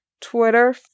Twitter